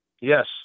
Yes